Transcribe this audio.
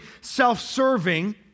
self-serving